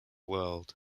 world